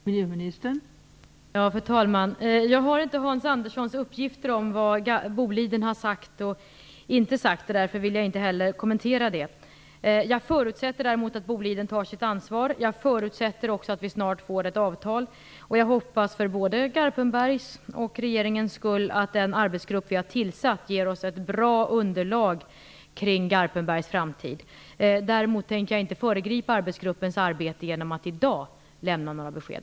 Fru talman! Jag har inte Hans Anderssons uppgifter om vad Boliden har sagt och inte sagt, och därför vill jag inte heller kommentera det. Jag förutsätter däremot att Boliden tar sitt ansvar. Jag förutsätter också att vi snart får ett avtal, och jag hoppas för både Garpenbergs och regeringens skull att den arbetsgrupp vi har tillsatt ger oss ett bra underlag när det gäller Garpenbergs framtid. Däremot tänker jag inte föregripa arbetsgruppens arbete genom att i dag lämna några besked.